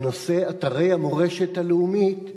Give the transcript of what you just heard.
בנושא אתרי המורשת הלאומית,